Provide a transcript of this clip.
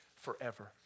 forever